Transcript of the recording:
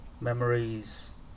memories